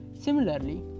Similarly